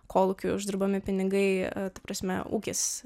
kolūkiui uždirbami pinigai ta prasme ūkis